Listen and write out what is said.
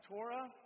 Torah